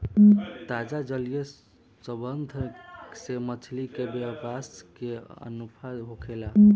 ताजा जलीय संवर्धन से मछली के व्यवसाय में मुनाफा होखेला